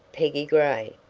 peggy gray,